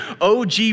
OG